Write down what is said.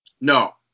No